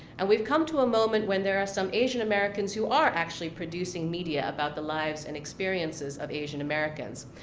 and we've come to a moment when there are some asian americans who are actually producing media about the lives and experiences of asian americans.